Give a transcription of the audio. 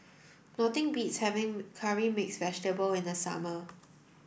nothing beats having curry mixed vegetable in the summer